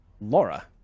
Laura